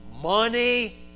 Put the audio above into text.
money